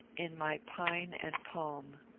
in my pine and palm,